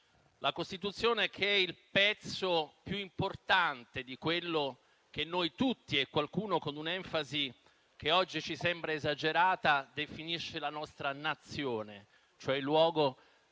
Costituzione, che è il pezzo più importante di quello che noi tutti - qualcuno con un'enfasi che oggi ci sembra esagerata - definisce la nostra Nazione, cioè il luogo dei